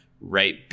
right